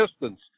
distance